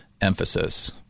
emphasis